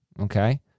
Okay